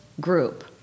group